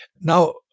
Now